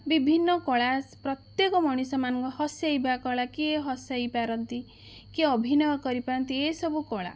ବିଭିନ୍ନ କଳା ପ୍ରତ୍ୟେକ ମଣିଷ ମାନ ହସାଇବା କଳା କିଏ ହସାଇ ପାରନ୍ତି କିଏ ଅଭିନୟ କରିପାରନ୍ତି ଏସବୁ କଳା